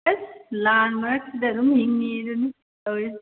ꯑꯁ ꯂꯥꯟ ꯃꯔꯛꯁꯤꯗ ꯑꯗꯨꯝ ꯍꯤꯡꯏ ꯍꯥꯏꯗꯨꯅꯤ ꯇꯧꯔꯤꯁꯦ